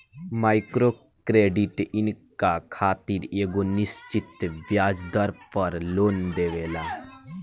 micro credit इनका खातिर एगो निश्चित ब्याज दर पर लोन देवेला